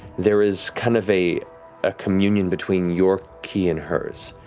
there is kind of a ah communion between your ki and hers.